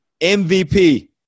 MVP